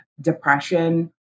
depression